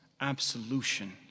absolution